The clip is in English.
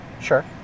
Sure